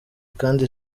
kandi